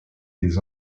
des